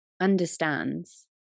understands